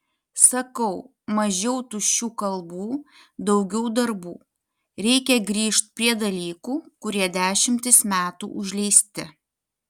sakau mažiau tuščių kalbų daugiau darbų reikia grįžt prie dalykų kurie dešimtis metų užleisti